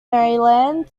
maryland